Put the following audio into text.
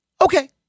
okay